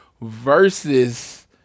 versus